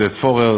עודד פורר